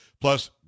Plus